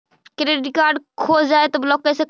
Credit card खो जाए तो ब्लॉक कैसे करी?